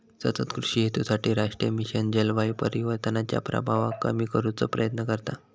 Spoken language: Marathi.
सतत कृषि हेतूसाठी राष्ट्रीय मिशन जलवायू परिवर्तनाच्या प्रभावाक कमी करुचो प्रयत्न करता